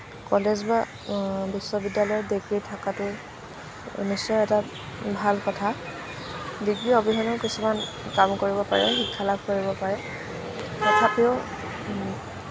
college বা বিশ্ববিদ্যালয়ৰ degree থকাটো নিশ্চয় এটা ভাল কথা ডিগ্ৰী অবিহনে কিছুমান কাম কৰিব পাৰে শিক্ষা লাভ কৰিব পাৰে তথাপিও